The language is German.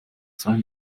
sein